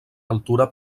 altura